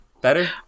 Better